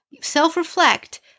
Self-reflect